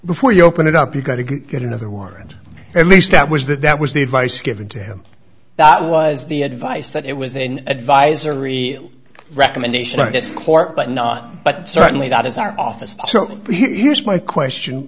before you open it up you've got to get another warrant at least that was that that was the advice given to him that was the advice that it was an advisory recommendation to this court but not but certainly that is our office so here is my question